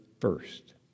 first